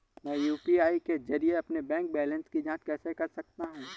मैं यू.पी.आई के जरिए अपने बैंक बैलेंस की जाँच कैसे कर सकता हूँ?